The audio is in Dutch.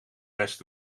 best